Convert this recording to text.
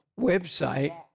website